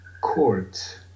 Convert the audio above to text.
court